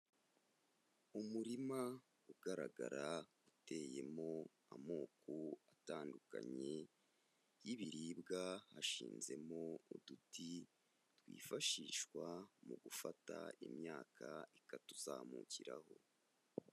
Umurima ugaragara uteyemo amoko atandukanye y'ibiribwa, hashizemo uduti twifashishwa mu gufata imyaka ikatuzamukiraho.